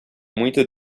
muito